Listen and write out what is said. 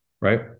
right